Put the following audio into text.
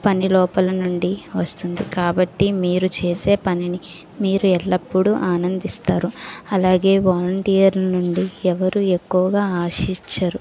పని లోపల నుండి వస్తుంది కాబట్టి మీరు చేసే పనిని మీరు ఎల్లప్పుడూ ఆనందిస్తారు అలాగే వాలంటీర్ నుండి ఎవరు ఎక్కువగా ఆశించరు